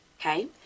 Okay